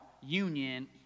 union